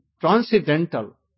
transcendental